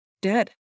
dead